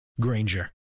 Granger